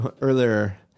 earlier